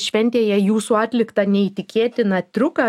šventėje jūsų atliktą neįtikėtiną triuką